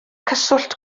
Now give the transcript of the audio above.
cyswllt